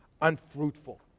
unfruitful